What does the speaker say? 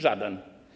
Żaden.